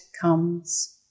comes